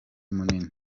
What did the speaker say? munini